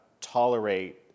tolerate